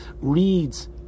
reads